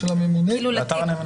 של הממונה?